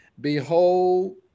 Behold